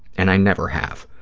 and i never have.